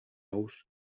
ous